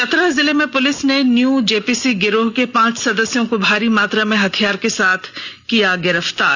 चतरा जिले में पुलिस ने न्यू जेपीसी गिरोह के पांच सदस्यों को भारी मात्रा में हथियार के साथ किया गिरफ्तार